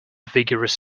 vigorous